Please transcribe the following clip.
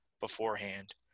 beforehand